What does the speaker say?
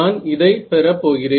நான் இதை பெற போகிறேன்